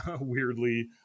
weirdly